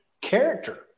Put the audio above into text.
character